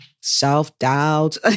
self-doubt